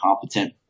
competent